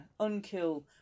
Unkill